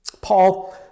Paul